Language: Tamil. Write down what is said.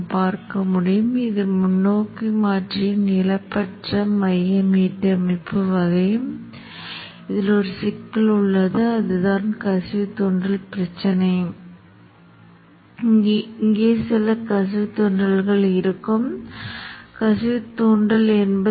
இப்போது உருவகப்படுத்துதல் நடந்து கொண்டிருக்கும்போது மின்மாற்றியில் நான் இருமுறை கிளிக் செய்யும் போது அது ஒரு துணை சுற்று என்பதை காட்ட விரும்புகிறேன் 10 திருப்பங்களின் முதன்மை எண்ணை இங்கு வைத்துள்ளேன் திருப்பங்களின் இரண்டாம் எண் 20 மற்றும் ஊடுருவல் 100 μ